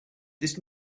this